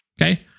okay